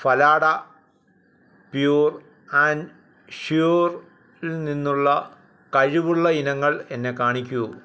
Phalada pure and sure ൽ നിന്നുള്ള കഴിവുള്ള ഇനങ്ങൾ എന്നെ കാണിക്കൂ